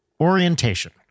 orientation